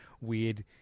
weird